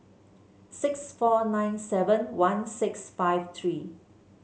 six four nine seven one six five three